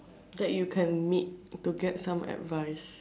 that you can meet to get some advice